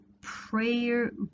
prayer